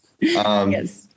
Yes